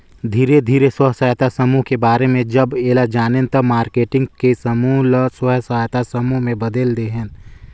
धीरे धीरे स्व सहायता समुह के बारे में जब हम ऐला जानेन त मारकेटिंग के समूह ल स्व सहायता समूह में बदेल देहेन